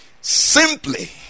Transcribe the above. Simply